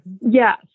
Yes